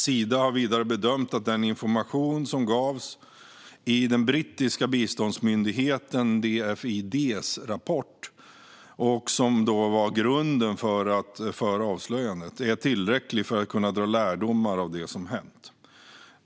Sida har vidare bedömt att den information som gavs i den brittiska biståndsmyndigheten DFID:s rapport, och som var grunden för avslöjandet, är tillräcklig för att kunna dra lärdomar av det som har hänt.